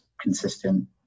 consistent